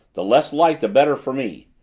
the less light the better for me.